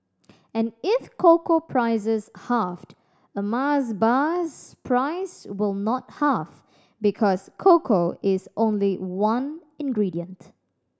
and if cocoa prices halved a Mars bar's price will not halve because cocoa is only one ingredient